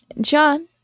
John